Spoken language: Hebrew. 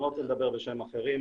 אני לא רוצה לדבר בשם אחרים,